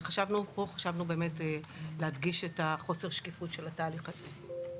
ולכן חשבנו שצריך להדגיש את חוסר השקיפות של התהליך הזה.